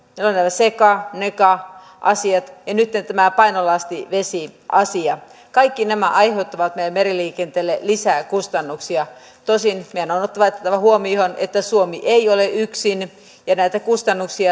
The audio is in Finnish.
seca ja neca asiat ja nytten tämä painolastivesiasia kaikki nämä aiheuttavat meidän meriliikenteellemme lisää kustannuksia tosin meidän on otettava otettava huomioon että suomi ei ole yksin ja näitä kustannuksia